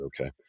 okay